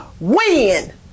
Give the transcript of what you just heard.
win